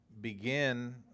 begin